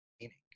meaning